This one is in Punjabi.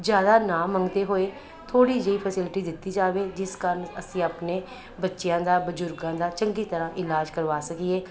ਜ਼ਿਆਦਾ ਨਾ ਮੰਗਦੇ ਹੋਏ ਥੋੜ੍ਹੀ ਜਿਹੀ ਫੈਸਿਲਿਟੀ ਦਿੱਤੀ ਜਾਵੇ ਜਿਸ ਕਾਰਨ ਅਸੀ ਆਪਣੇ ਬੱਚਿਆਂ ਦਾ ਬਜ਼ੁਰਗਾਂ ਦਾ ਚੰਗੀ ਤਰ੍ਹਾਂ ਇਲਾਜ ਕਰਵਾ ਸਕੀਏ